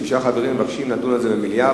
שישה חברים מבקשים לדון על זה במליאה,